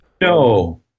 No